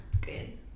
good